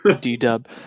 D-Dub